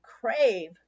crave